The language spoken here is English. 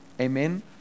Amen